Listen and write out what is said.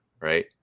right